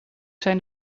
zijn